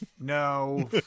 no